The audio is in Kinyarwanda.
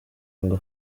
ngo